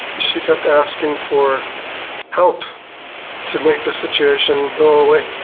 she kept asking for help to make the situation go away.